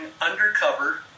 undercover